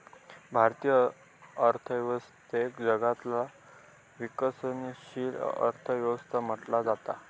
भारतीय अर्थव्यवस्थेक जगातला विकसनशील अर्थ व्यवस्था म्हटला जाता